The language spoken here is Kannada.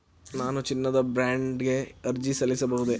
ನಾನು ಚಿನ್ನದ ಬಾಂಡ್ ಗೆ ಅರ್ಜಿ ಸಲ್ಲಿಸಬಹುದೇ?